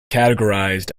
categorized